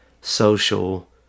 social